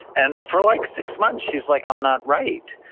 and for like six months, she's like, i'm not right.